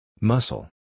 Muscle